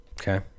Okay